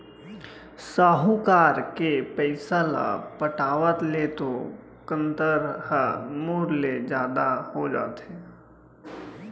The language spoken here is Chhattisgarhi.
साहूकार के पइसा ल पटावत ले तो कंतर ह मूर ले जादा हो जाथे